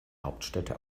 hauptstädte